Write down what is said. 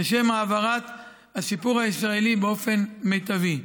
לשם העברת הסיפור הישראלי באופן מיטבי.